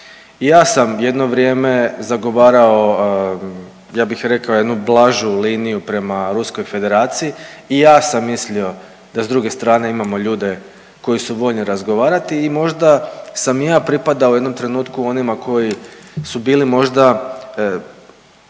ja sam jedno vrijeme zagovarao ja bih rekao jednu blažu liniju prema Ruskoj Federaciji i ja sam mislio da s druge strane imamo ljude koji su voljni razgovarati i možda sam i ja pripadao u jednom trenutku onima koji su bili možda